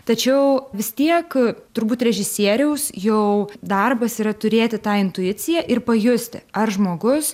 tačiau vis tiek turbūt režisieriaus jau darbas yra turėti tą intuiciją ir pajusti ar žmogus